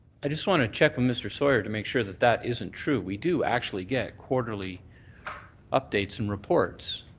i just want to check on mr. sawyer to make sure that that isn't true. we do actually get quarterly updates and reports.